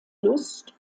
lust